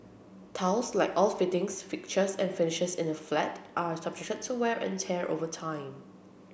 tiles like all fittings fixtures and finishes in a flat are subjected to wear and tear over time